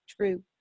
true